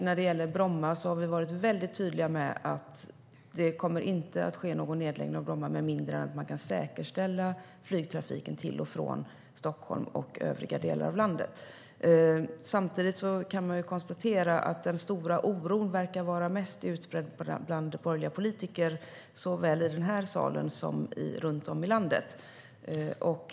När det gäller Bromma har vi varit väldigt tydliga med att det inte kommer att ske någon nedläggning av Bromma flygplats med mindre än att man kan säkerställa flygtrafiken till och från Stockholm och övriga delar av landet. Samtidigt kan man konstatera att den stora oron verkar vara mest utbredd bland borgerliga politiker, såväl i den här salen som runt om i landet.